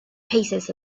paces